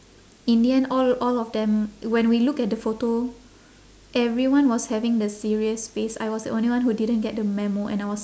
in the end all all of them when we look at the photo everyone was having the serious face I was the only one who didn't get the memo and I was